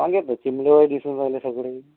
वांगे तर चिमणीवाणी दिसून राहिले सगळे